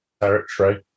territory